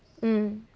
mm